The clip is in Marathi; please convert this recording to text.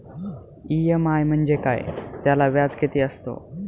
इ.एम.आय म्हणजे काय? त्याला व्याज किती असतो?